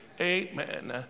Amen